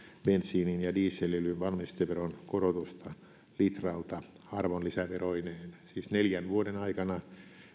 bensiinin ja dieselöljyn valmisteveron korotusta litralta arvonlisäveroineen siis neljän vuoden aikana